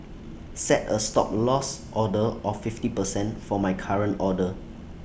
set A Stop Loss order of fifty percent for my current order